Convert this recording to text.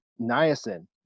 niacin